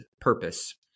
purpose